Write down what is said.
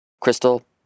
Crystal